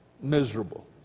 miserable